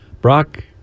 Brock